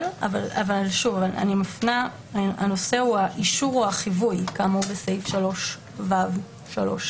אבל הנושא הוא האישור או החיווי כאמור בסעיף 3ו(3)(א).